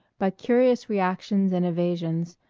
by curious reactions and evasions,